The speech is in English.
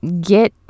get